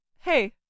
hey